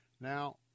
Now